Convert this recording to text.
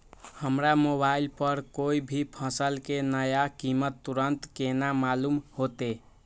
हमरा मोबाइल पर कोई भी फसल के नया कीमत तुरंत केना मालूम होते?